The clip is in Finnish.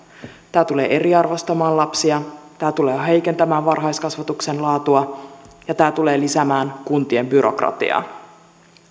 tämä tulee eriarvoistamaan lapsia tämä tulee heikentämään varhaiskasvatuksen laatua ja tämä tulee lisäämään kuntien byrokratiaa